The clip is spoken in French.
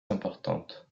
importante